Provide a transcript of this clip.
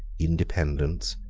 independents,